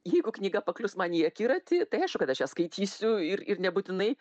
jeigu knyga paklius man į akiratį tai aišku kad aš ją skaitysiu ir ir nebūtinai